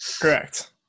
Correct